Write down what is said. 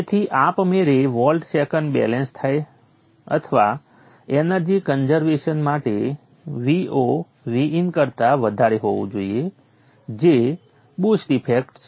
તેથી આપમેળે volt second balance અથવા એનર્જી કન્ઝર્વેશન માટે Vo Vin કરતા વધારે હોવું જોઈએ જે બુસ્ટ ઇફેક્ટ છે